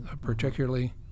particularly